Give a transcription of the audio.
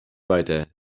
weiter